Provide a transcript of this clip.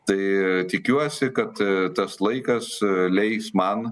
tai tikiuosi kad tas laikas leis man